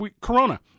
Corona